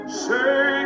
say